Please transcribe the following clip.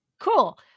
Cool